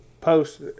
post